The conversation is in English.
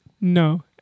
no